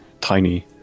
tiny